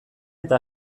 eta